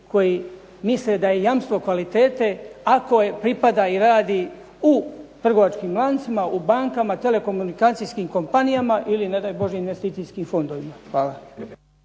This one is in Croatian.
koji misle da je jamstvo kvalitete ako pripada i radi u trgovačkim lancima, bankama, telekomunikacijskim kompanijama ili ne daj Bože investicijskim fondovima.